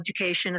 Education